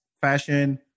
fashion